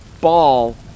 ball